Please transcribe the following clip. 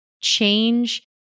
change